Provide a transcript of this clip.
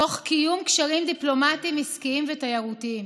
תוך קיום קשרים דיפלומטיים, עסקיים ותיירותיים.